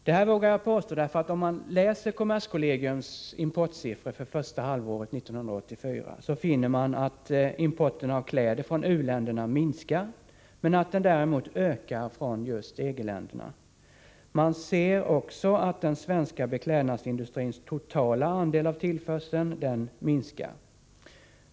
Detta vågar jag påstå, för studerar man kommerskollegiums uppgifter om importen för första halvåret 1984, finner man att importen av kläder från u-länderna minskar men däremot ökar från EG-länderna. Man ser också att den svenska beklädnadsindustrins totala andel av tillförseln minskar.